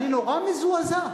פרסונליים, אני נורא מזועזע.